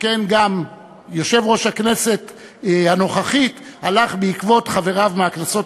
שכן גם יושב-ראש הכנסת הנוכחית הלך בעקבות חבריו מהכנסות